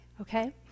okay